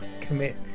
commit